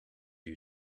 you